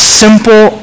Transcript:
simple